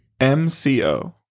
MCO